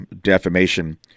defamation